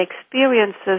experiences